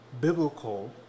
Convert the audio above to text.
biblical